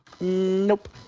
Nope